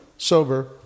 sober